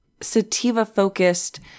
sativa-focused